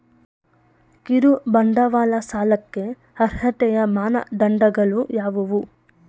ಕಿರುಬಂಡವಾಳ ಸಾಲಕ್ಕೆ ಅರ್ಹತೆಯ ಮಾನದಂಡಗಳು ಯಾವುವು?